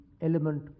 element